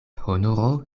honoro